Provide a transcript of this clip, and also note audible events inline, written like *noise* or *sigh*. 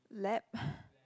lab *breath*